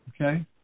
Okay